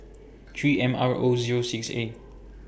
three M R O Zero six A